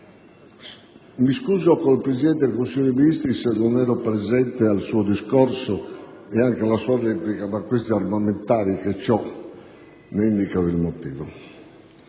Mi scuso con il Presidente del Consiglio dei ministri se non ero presente al suo discorso e anche alla sua replica, ma gli armamentari che ho indosso ne indicano il motivo.